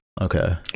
Okay